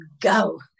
Go